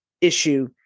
issue